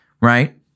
right